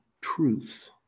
truth